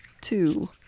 two